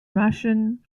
russian